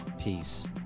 peace